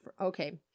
okay